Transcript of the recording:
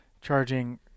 charging